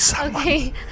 Okay